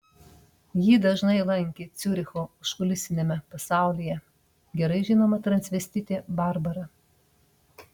jį dažnai lankė ciuricho užkulisiniame pasaulyje gerai žinoma transvestitė barbara